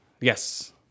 Yes